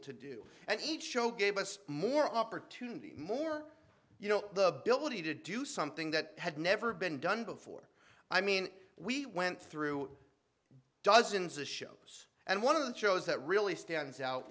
to do and each show gave us more opportunity more you know the ability to do something that had never been done before i mean we went through dozens of shows and one of the shows that really stands out